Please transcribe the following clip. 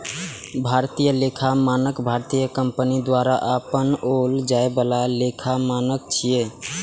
भारतीय लेखा मानक भारतीय कंपनी द्वारा अपनाओल जाए बला लेखा मानक छियै